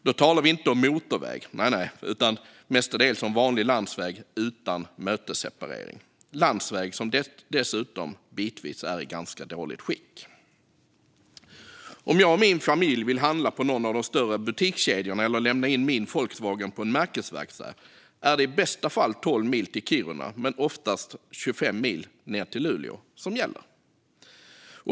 Då talar vi inte om motorväg, nänä, utan mestadels om vanlig landsväg utan mötesseparering - landsväg som dessutom bitvis är i ganska dåligt skick. Om jag och min familj vill handla på någon av de större butikskedjorna eller lämna in min Volkswagen på en märkesverkstad är det i bästa fall 12 mil till Kiruna men oftast 25 mil ned till Luleå som gäller.